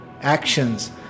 actions